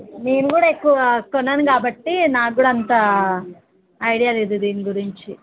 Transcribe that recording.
నేను కూడా ఎక్కువగా కొనను కాబట్టి నాకు కూడా అంత ఐడియా లేదు దీని గురించి